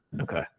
Okay